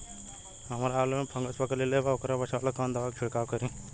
हमरा आलू में फंगस पकड़ लेले बा वोकरा बचाव ला कवन दावा के छिरकाव करी?